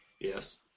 Yes